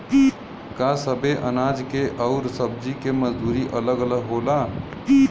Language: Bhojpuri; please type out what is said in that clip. का सबे अनाज के अउर सब्ज़ी के मजदूरी अलग अलग होला?